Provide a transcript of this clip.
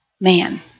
man